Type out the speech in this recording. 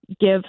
give